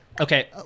okay